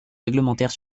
réglementaires